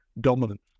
dominance